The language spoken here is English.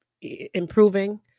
improving